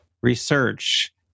research